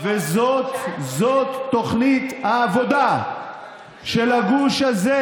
זאת תוכנית העבודה של הגוש הזה.